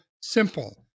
simple